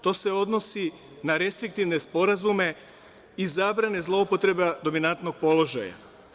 To se odnosi na restriktivne sporazume i zabrane zloupotreba dominantnog položaja.